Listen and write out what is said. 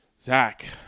Zach